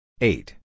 Eight